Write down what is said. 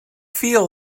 feel